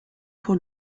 pour